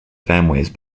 families